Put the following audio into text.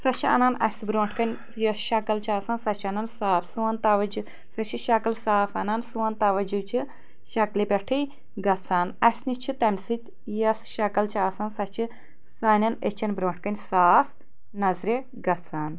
سۄ چھ اَنان اَسہِ برٛونٛٹھ کنۍ یۄس شکل چھ آسان سۄ چھ اَنان صاف سون توجُہہ سۄ چھُ شَکل صاف اَنان سون توجُہہ چھُ شِکلہِ پٮ۪ٹھَے گژھان اَسہِ نِش چھُ تَمہِ سۭتۍ یۄس شَکل چھ آسان سۄ چھِ سانٮ۪ن أچھن برونٛٹھ کٕنۍ صاف نظرِ گژھان